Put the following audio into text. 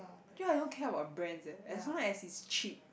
actually I don't care about brands eh as long as is cheap